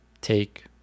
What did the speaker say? take